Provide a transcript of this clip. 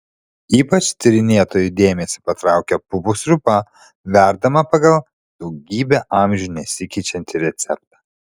ypač tyrinėtojų dėmesį patraukė pupų sriuba verdama pagal daugybę amžių nesikeičiantį receptą